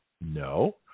No